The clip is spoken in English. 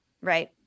right